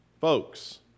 Folks